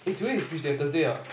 eh today is which day Thursday ah